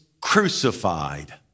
crucified